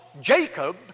Jacob